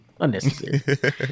Unnecessary